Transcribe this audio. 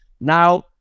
Now